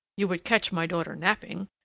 you would catch my daughter napping,